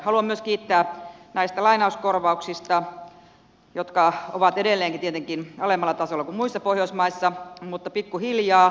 haluan myös kiittää näistä lainauskorvauksista jotka ovat edelleenkin tietenkin alemmalla tasolla kuin muissa pohjoismaissa mutta pikkuhiljaa